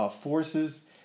forces